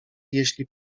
jeśli